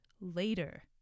later